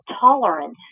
tolerance